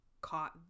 caught